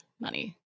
money